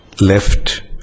left